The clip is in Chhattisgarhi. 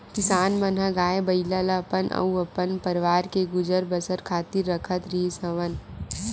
किसान मन ह गाय, बइला ल अपन अउ अपन परवार के गुजर बसर खातिर राखत रिहिस हवन